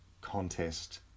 contest